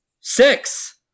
six